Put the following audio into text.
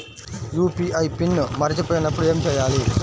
UPI pin మరచిపోయినప్పుడు ఏమి చేయాలి?